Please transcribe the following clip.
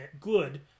good